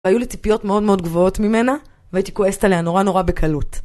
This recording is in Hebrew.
היו לי ציפיות מאוד מאוד גבוהות ממנה, והייתי כועסת עליה נורא נורא בקלות.